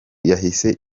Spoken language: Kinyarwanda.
yahise